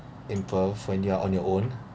in perth when you are on your own